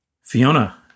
Fiona